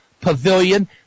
Pavilion